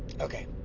okay